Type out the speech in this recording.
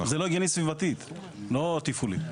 זה לא הגיוני סביבתית, לא תפעולית.